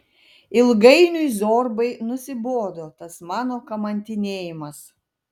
ilgainiui zorbai nusibodo tas mano kamantinėjimas